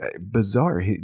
bizarre